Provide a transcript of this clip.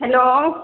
hello